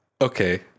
Okay